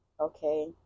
Okay